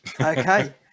Okay